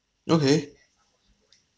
okay